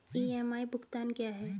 EMI भुगतान क्या है?